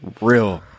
real